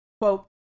Quote